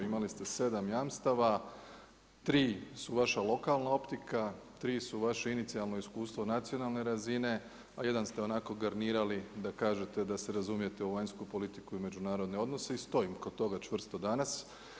Imali ste 7 jamstava, 3 su vaša lokalna optika, 3 su vaše inicijalno iskustvo nacionalne razine a jedan ste onako garnirali da kažete da se razumijete u vanjsku politiku i međunarodne odnose i stojim kod toga čvrsto danas.